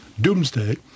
doomsday